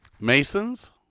Masons